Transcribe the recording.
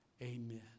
Amen